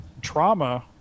trauma